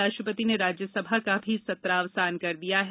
राष्ट्रपति ने राज्यसभा का भी सत्रावसान कर दिया है